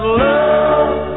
love